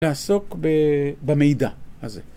לעסוק במידע הזה